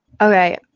Okay